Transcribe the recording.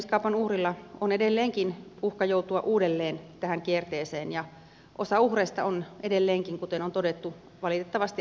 ihmiskaupan uhrilla on edelleenkin uhka joutua uudelleen tähän kierteeseen ja osa uhreista on edelleenkin kuten on todettu valitettavasti alaikäisiä